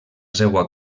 seua